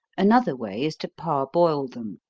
another way is to parboil them,